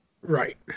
right